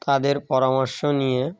তাদের পরামর্শ নিয়ে